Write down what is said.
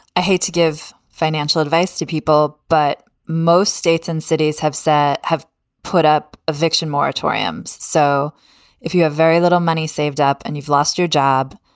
i hate to give financial advice to people, but most states and cities have said have put up eviction moratoriums. so if you have very little money saved up and you've lost your job,